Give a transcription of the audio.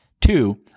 two